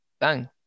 bang